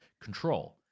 control